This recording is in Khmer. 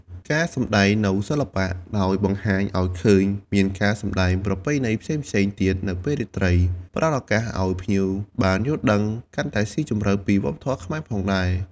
ការសម្តែងនូវសិល្បៈ ដោយបង្ហាញឲ្យឃើញមានការសម្តែងប្រពៃណីផ្សេងៗទៀតនៅពេលរាត្រី ផ្ដល់ឱកាសឱ្យភ្ញៀវបានយល់ដឹងកាន់តែស៊ីជម្រៅពីវប្បធម៌ខ្មែរផងដែរ។